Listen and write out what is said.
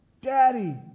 Daddy